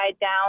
down